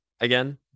again